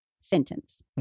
sentence